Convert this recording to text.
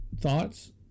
thoughts